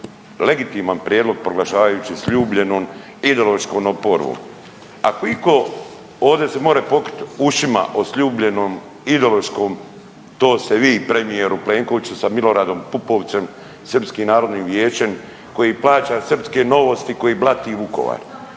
Legitiman prijedlog proglašavajući sljubljenom ideološkom oporbom. Ako itko ovdje se može pokriti ušima o sljubljenom ideološkom to ste vi premijeru Plenkoviću sa Miloradom Pupovcem, Srpskim narodnim vijećem koji plaća srpske Novosti koji blati Vukovar.